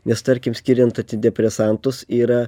nes tarkim skiriant antidepresantus yra